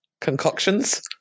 Concoctions